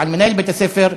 על מנהל בית-הספר,